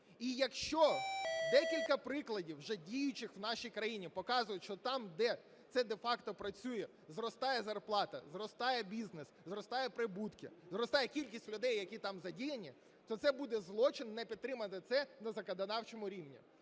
І якщо декілька прикладів, вже діючих в нашій країні, показують, що там, де це де-факто працює, зростає зарплата, зростає бізнес, зростають прибутки, зростає кількість людей, які там задіяні, то це буде злочин не підтримати це на законодавчому рівні.